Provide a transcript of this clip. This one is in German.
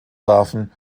trafen